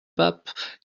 pape